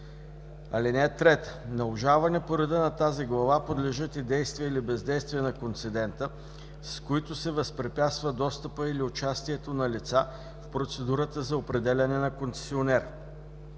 ал. 1. (3) На обжалване по реда на тази глава подлежат и действия или бездействия на концедента, с които се възпрепятства достъпът или участието на лица в процедурата за определяне на концесионер.